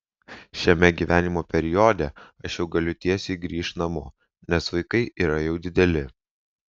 šiame gyvenimo periode aš jau galiu tiesiai grįžt namo nes vaikai yra jau dideli